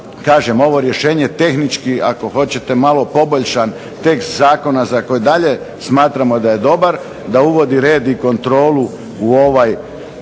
ovo rješenje tehnički ako hoćete malo poboljšan tekst zakona itd. Smatramo da je dobar, da uvodi red i kontrolu u ovu